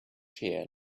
chair